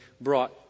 brought